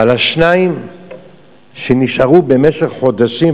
אבל השניים שנשארו במשך חודשים,